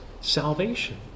salvation